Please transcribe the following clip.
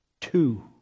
two